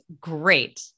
great